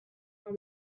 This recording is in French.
par